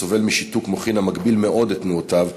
הסובל משיתוק מוחין המגביל מאוד את תנועותיו,